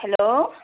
hello